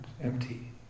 empty